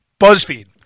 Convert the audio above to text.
BuzzFeed